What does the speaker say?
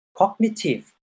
cognitive